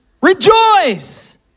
Rejoice